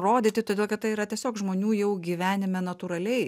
rodyti todėl kad tai yra tiesiog žmonių jau gyvenime natūraliai